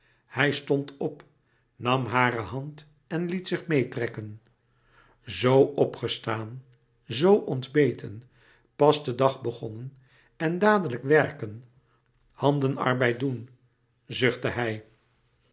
hij stond op nam hare hand en liet zich meêtrekken zoo opgestaan zoo ontbeten pas den dag begonnen en dadelijk werken handenarbeid doen zuchtte hij